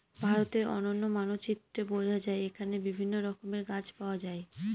ভারতের অনন্য মানচিত্রে বোঝা যায় এখানে বিভিন্ন রকমের গাছ পাওয়া যায়